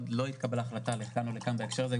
עוד לא התקבלה החלטה לכאן או לכאן בנושא הזה,